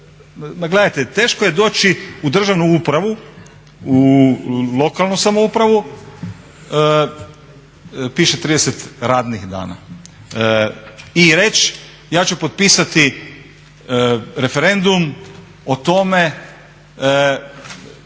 gledajte teško će doći u državnu upravu, u lokalnu samoupravu, piše 30 radnih dana, i reći ja ću potpisati referendum o tome